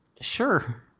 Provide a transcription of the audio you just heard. sure